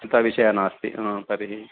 चिन्ताविषयः नास्ति तर्हि